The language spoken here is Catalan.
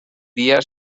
dia